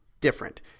different